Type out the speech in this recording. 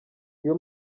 iyo